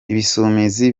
ibisumizi